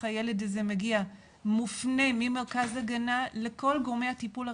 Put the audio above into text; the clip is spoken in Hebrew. הילד הזה מגיע-מופנה ממרכז ההגנה לכל גורמי הטיפול הרלוונטיים,